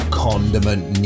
condiment